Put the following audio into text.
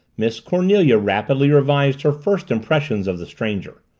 miss cornelia rapidly revised her first impressions of the stranger.